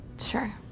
Sure